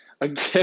again